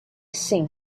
seen